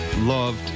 loved